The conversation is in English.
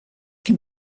can